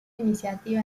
iniciativa